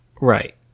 Right